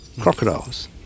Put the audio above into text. Crocodiles